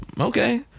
Okay